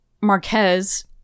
Marquez